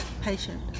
patient